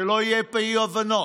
שלא יהיו פה אי-הבנות.